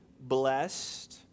blessed